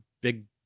big